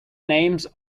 names